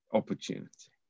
opportunity